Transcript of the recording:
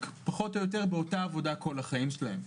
פחות או יותר באותה עבודה כל החיים שלהם.